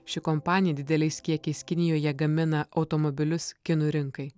ši kompanija dideliais kiekiais kinijoje gamina automobilius kinų rinkai